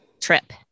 trip